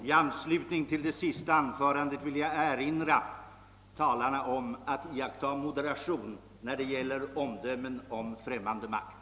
I anslutning till det senaste anförandet vill jag uppmana talarna att iaktta moderation när det gäller omdömen om främmande makt.